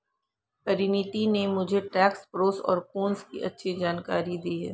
परिनीति ने मुझे tax pros और कोन्स की अच्छी जानकारी दी है